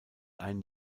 ein